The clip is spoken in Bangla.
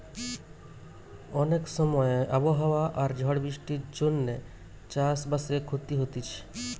অনেক সময় আবহাওয়া আর ঝড় বৃষ্টির জন্যে চাষ বাসে ক্ষতি হতিছে